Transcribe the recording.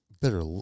better